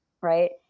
right